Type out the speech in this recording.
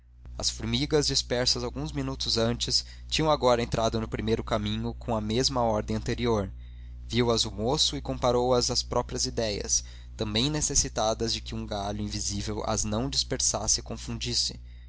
as formigas dispersas alguns minutos antes tinham agora entrado no primeiro caminho com a mesma ordem anterior viu as o moço e comparou as às próprias idéias também necessitadas de que um galho invisível as não dispersasse e confundisse